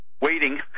waiting